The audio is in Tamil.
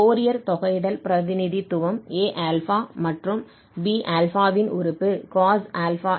ஃபோரியர் தொகையிடல் பிரதிநிதித்துவம் Aα மற்றும் Bα ன் உறுப்பு cos αx மற்றும் sin αx ஆகும்